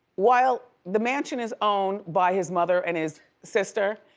while the mansion is owned by his mother and his sister,